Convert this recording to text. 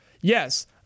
yes